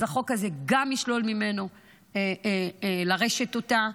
אז החוק הזה גם ישלול ממנו לרשת אותה.